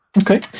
Okay